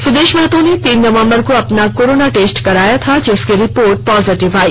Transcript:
सुदेश ने तीन नवम्बर को अपना कोरोना टेस्ट कराया था जिसकी रिपोर्ट पॉजिटिव आई